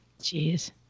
Jeez